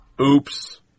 Oops